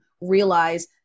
realize